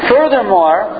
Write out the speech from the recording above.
Furthermore